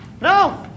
No